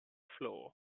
floor